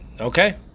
Okay